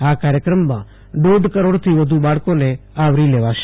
આ કાર્યક્રમમાં દોઢ કરોડથી વધુ બાળકોને આવરી લેવાશે